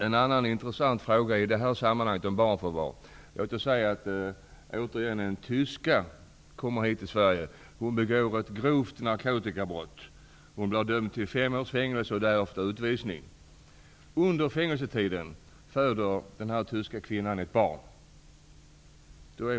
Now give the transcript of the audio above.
En annan intressant fråga i det här sammanhanget är barnförvar. Låt oss säga att en tysk kvinna kommer till Sverige. Hon begår ett grovt narkotikabrott och blir dömd till fem års fängelse och utvisning därefter.